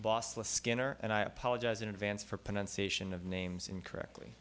boss les skinner and i apologize in advance for pronunciation of names incorrectly